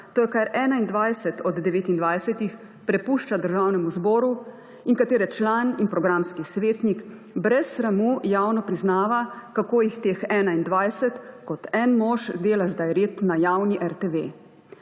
to je kar 21 od 29 prepušča Državnemu zboru in katere član in programski svetnik brez sramu javno priznava, kako jih teh 21 kot en mož dela sedaj red na javni RTV.